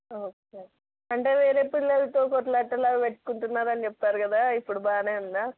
okay అంటే వేరే పిల్లలతో కొట్లాటలు అవి పెట్టుకుంటున్నాడు అని చెప్పారు కదా ఇప్పుడు బాగా ఉందా